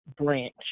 branch